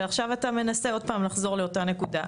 ועכשיו אתה מנסה לחזור עוד פעם לאותה נקודה,